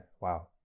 Wow